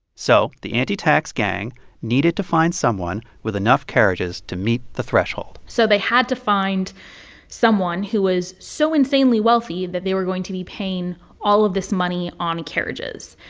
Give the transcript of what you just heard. so the anti-tax gang needed to find someone with enough carriages to meet the threshold so they had to find someone who was so insanely wealthy that they were going to be paying all of this money on carriages,